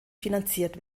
finanziert